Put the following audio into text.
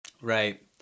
Right